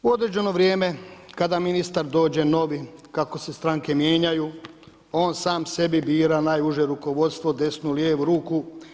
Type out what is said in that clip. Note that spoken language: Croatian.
U određeno vrijeme kada ministar dođe novi kako se stranke mijenjaju, on sam sebi bira najuže rukovodstvo, desnu i lijevu ruku.